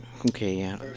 Okay